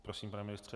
Prosím, pane ministře.